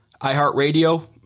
iHeartRadio